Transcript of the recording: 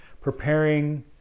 preparing